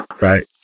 right